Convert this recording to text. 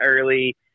early